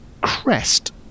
crest